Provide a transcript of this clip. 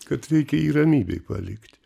kad reikia jį ramybėj palikti